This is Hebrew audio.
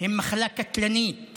הם מחלה קטלנית